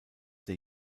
der